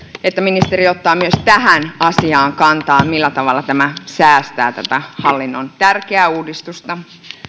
että ministeri ottaa myös tähän asiaan kantaa millä tavalla tämä säästää tätä hallinnon tärkeää uudistusta